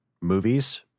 movies